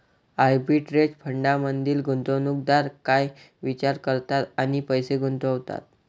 Arbitrage फंडांमधील गुंतवणूकदार काय विचार करतात आणि पैसे गुंतवतात?